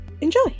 Enjoy